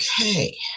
Okay